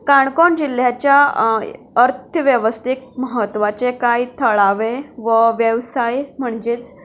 काणकोण जिल्ल्याच्या अर्थवेवस्थेंत म्हत्वाचे कांय थळावे व वेवसाय म्हणजेच